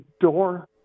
door